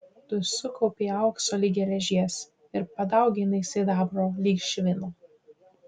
tu sukaupei aukso lyg geležies ir padauginai sidabro lyg švino